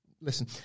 listen